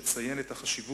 אני רוצה לציין את החשיבות